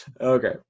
Okay